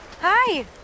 Hi